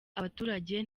abaturage